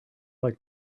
like